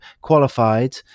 qualified